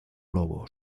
lobo